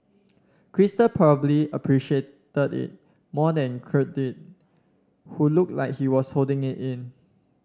crystal probably appreciated it more than Kirk did who looked like he was holding it in